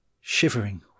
shivering